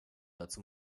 dazu